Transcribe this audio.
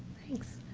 thanks.